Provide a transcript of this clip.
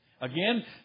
Again